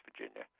Virginia